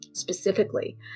Specifically